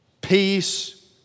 Peace